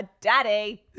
Daddy